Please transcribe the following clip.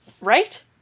right